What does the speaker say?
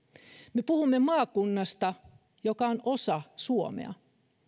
me puhumme maakunnasta joka on osa suomea